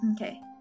Okay